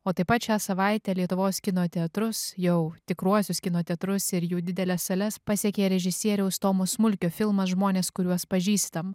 o taip pat šią savaitę lietuvos kino teatrus jau tikruosius kino teatrus ir jų dideles sales pasiekė režisieriaus tomo smulkio filmas žmonės kuriuos pažįstam